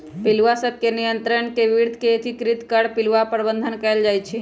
पिलुआ सभ के नियंत्रण के विद्ध के एकीकृत कर पिलुआ प्रबंधन कएल जाइ छइ